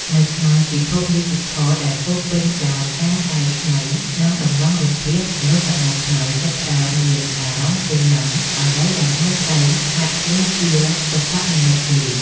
នៅក្នុងពិភពឌីជីថលដែលពោរពេញដោយការកែច្នៃ និងតម្រងរូបភាព មនុស្សសម័យថ្មីចាប់ផ្តើមមានអារម្មណ៍ធុញនឹងអ្វីដែលមើលទៅហាក់ដូចជាសិប្បនិម្មិតពេក